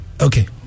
Okay